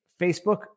Facebook